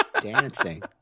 Dancing